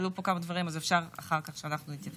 שהוגשו מטעמו כמציע יחיד,